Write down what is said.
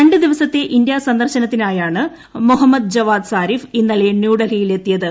രണ്ട് ദിവസത്തെ ഇന്ത്യാ സന്ദർശനത്തിനായാണ് മൊഹമ്മദ് ജവാദ് സാരിഫ് ഇന്നലെ ന്യൂഡൽഹിയിൽ എത്തിയത്